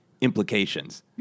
implications